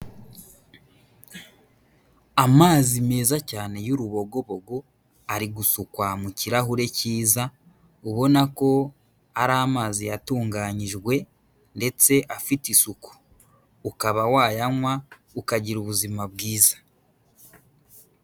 Amazi meza cyane y'urubogobogo, ari gusukwa mu kirahure cyiza, ubona ko ari amazi yatunganyijwe ndetse afite isuku. Ukaba wayanywa ukagira ubuzima bwiza.